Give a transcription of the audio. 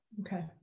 Okay